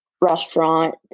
restaurant